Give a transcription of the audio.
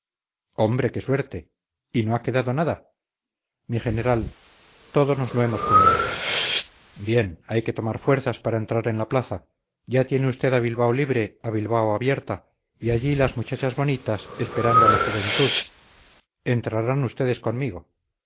hombre qué suerte y no ha quedado nada mi general todo nos lo hemos comido bien hay que tomar fuerzas para entrar en la plaza ya tiene usted a bilbao libre a bilbao abierta y allí las muchachas bonitas esperando a la juventud entrarán ustedes conmigo